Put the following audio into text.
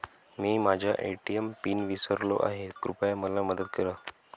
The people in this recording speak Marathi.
मी माझा ए.टी.एम पिन विसरलो आहे, कृपया मला मदत करा